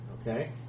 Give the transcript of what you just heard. Okay